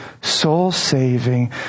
soul-saving